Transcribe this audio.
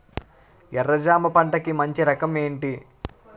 ఎర్ర జమ పంట కి మంచి రకం ఏంటి?